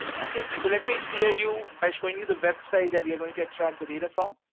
okay, so let me clear you by showing you the website that we're going to extract the data from.